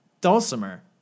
Dulcimer